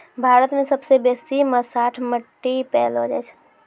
भारत मे सबसे बेसी भसाठ मट्टी पैलो जाय छै